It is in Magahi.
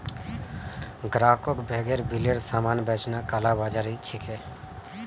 ग्राहकक बेगैर बिलेर सामान बेचना कालाबाज़ारी छिके